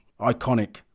Iconic